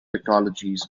technologies